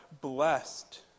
blessed